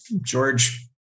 George